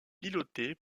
pilotée